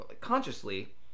consciously –